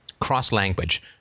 cross-language